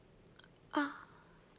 ah